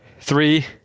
Three